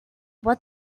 what